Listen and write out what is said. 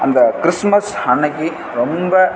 அந்த கிறிஸ்மஸ் அன்னக்கு ரொம்ப